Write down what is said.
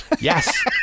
Yes